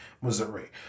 Missouri